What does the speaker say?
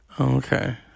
Okay